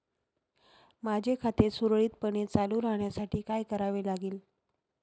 माझे खाते सुरळीतपणे चालू राहण्यासाठी काय करावे लागेल?